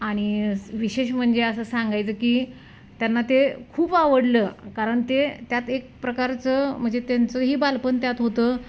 आणि विशेष म्हणजे असं सांगायचं की त्यांना ते खूप आवडलं कारण ते त्यात एक प्रकारचं म्हणजे त्यांचंही बालपण त्यात होतं